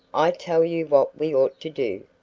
i tell you what we ought to do,